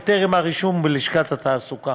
בטרם הרישום בלשכת התעסוקה,